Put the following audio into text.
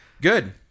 good